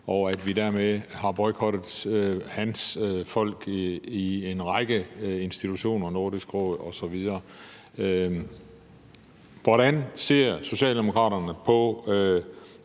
og vi dermed har boykottet hans folk i en række institutioner, Nordisk Råd osv. Hvordan ser Socialdemokraterne på